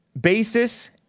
basis